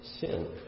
sin